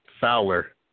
Fowler